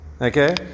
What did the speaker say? okay